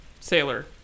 sailor